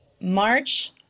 March